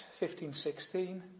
1516